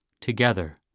together